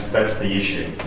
as the